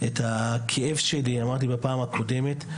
את הכאב שלי אמרתי בפעם הקודמת,